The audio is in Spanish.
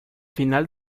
final